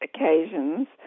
occasions